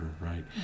right